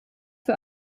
für